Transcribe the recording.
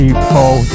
People